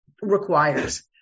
requires